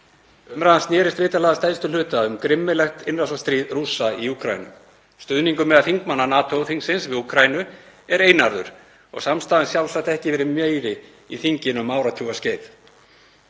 Umræðan snerist vitanlega að stærstum hluta um grimmilegt innrásarstríð Rússa í Úkraínu. Stuðningur meðal þingmanna NATO-þingsins við Úkraínu er einarður og samstaðan sjálfsagt ekki verið meiri í þinginu um áratugaskeið.